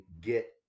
Get